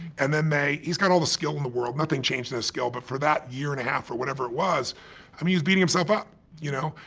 and then they, he's got all the skill in the world. nothing changed in his skill. but for that year and a half or whatever it was, i mean, he was beating himself up. you know?